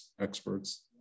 experts